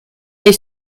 est